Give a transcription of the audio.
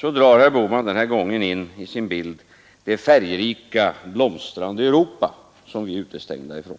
drar herr Bohman denna gång in i sin bild det färgrika, blomstrande Europa som vi är utestängda ifrån.